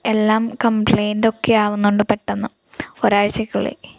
എല്ലാം കംപ്ലൈൻറ്റൊക്കെ ആകുന്നുണ്ട് പെട്ടന്നു ഒരഴ്ചക്കുള്ളിൽ